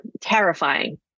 terrifying